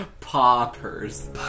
Poppers